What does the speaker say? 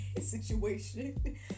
situation